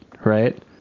right